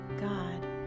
God